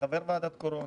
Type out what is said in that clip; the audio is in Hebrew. כחבר ועדת קורונה,